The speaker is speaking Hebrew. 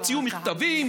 הוציאו מכתבים,